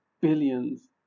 billions